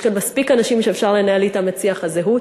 יש כאן מספיק אנשים שאפשר לנהל אתם את שיח הזהות.